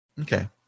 Okay